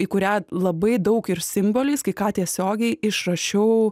į kurią labai daug ir simboliais kai ką tiesiogiai išrašiau